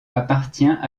appartient